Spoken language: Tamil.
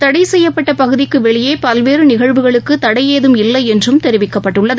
தடைசெய்யப்பட்டபகுதிக்குவெளியேபல்வேறுநிகழ்வுகளுக்குதடைஏதும் இல்லைஎன்றும் தெரிவிக்கப்பட்டுள்ளது